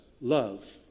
Love